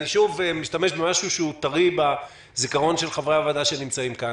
אני שוב משתמש במשהו טרי שהוא בזיכרון של חברי הוועדה שנמצאים כאן.